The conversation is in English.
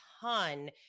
ton